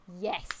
Yes